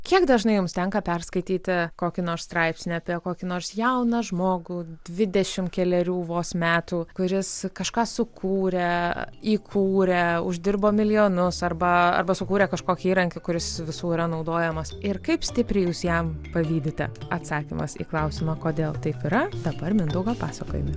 kiek dažnai jums tenka perskaityti kokį nors straipsnį apie kokį nors jauną žmogų dvidešimt kelerių vos metų kuris kažką sukūrė įkūrė uždirbo milijonus arba arba sukūrė kažkokį įrankį kuris visų yra naudojamas ir kaip stipriai jūs jam pavydite atsakymas į klausimą kodėl taip yra dabar mindaugo pasakojime